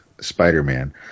spider-man